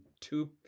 two